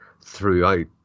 throughout